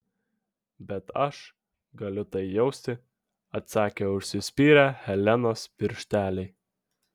bet aš galiu tai jausti atsakė užsispyrę helenos piršteliai